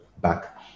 back